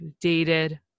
dated